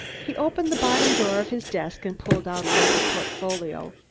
he opened the bottom drawer of his desk and pulled out a leather portfolio,